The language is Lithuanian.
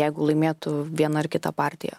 jeigu laimėtų viena ar kita partija